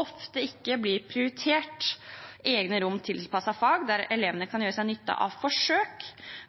ofte ikke blir prioritert å ha egne rom som er tilpasset fag hvor elevene kan gjøre seg nytte av forsøk